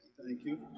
thank you.